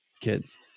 kids